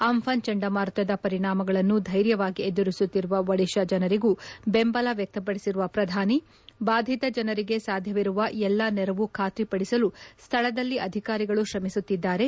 Amphan ಚಂಡಮಾರುತದ ಪರಿಣಾಮಗಳನ್ನು ಧ್ನೆರ್ಯವಾಗಿ ಎದುರಿಸುತ್ತಿರುವ ಒಡಿಶಾ ಜನರಿಗೂ ಬೆಂಬಲ ವ್ಯಕ್ತಪಡಿಸಿರುವ ಪ್ರಧಾನಿ ಬಾಧಿತ ಜನರಿಗೆ ಸಾಧ್ಯವಿರುವ ಎಲ್ಲಾ ನೆರವು ಖಾತ್ರಿ ಪಡಿಸಲು ಸ್ವಳದಲ್ಲಿ ಅಧಿಕಾರಿಗಳು ಶ್ರಮಿಸುತ್ತಿದ್ಲಾರೆ